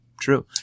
True